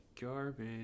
garbage